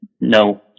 no